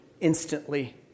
instantly